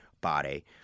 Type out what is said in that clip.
body